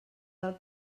del